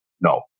no